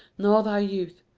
nor thy youth,